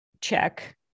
check